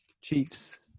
Chiefs